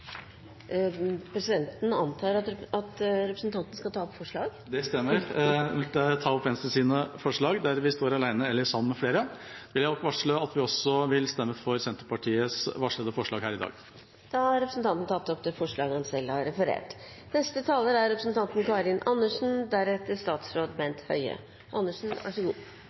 Presidenten antar at representanten skal ta opp forslag. Det stemmer. Jeg vil ta opp det forslaget som Venstre står alene om, og det vi står sammen med andre om. Vi vil også stemme for Senterpartiets varslede forslag her i dag. Representanten Ketil Kjenseth har tatt opp de forslag han